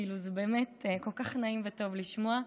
כאילו זה באמת כל כך נעים וטוב לשמוע.